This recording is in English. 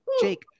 Jake